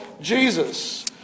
Jesus